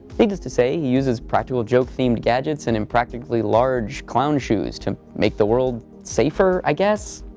needless to say, he uses practical joke-themed gadgets in impractically large clown shoes to make the world safer i guess.